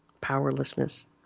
powerlessness